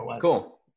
cool